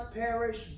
perish